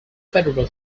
federal